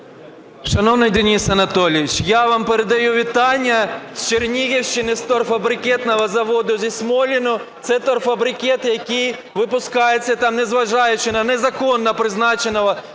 Шановний Денис Анатолійович, я вам передаю вітання з Чернігівщини, з торфобрикетного заводу зі Смолина. Це торфобрикет, який випускається, та незважаючи на незаконно призначеного